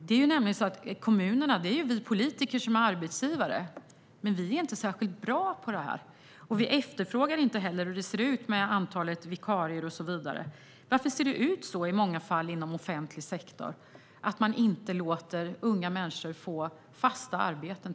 Det är ju vi politiker som är arbetsgivare i kommunerna, men vi är inte särskilt bra på det här. Vi frågar heller inte hur det ser ut med antalet vikarier och så vidare. Varför ser det ut så här inom offentlig sektor? Varför låter man i många fall inte unga människor få fasta arbeten?